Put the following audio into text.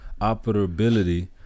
operability